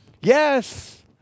Yes